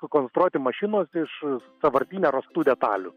sukonstruoti mašinos iš sąvartyne rastų detalių